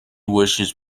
wishes